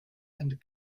and